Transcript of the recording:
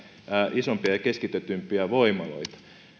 isompia ja keskitetympiä voimaloita